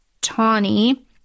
tawny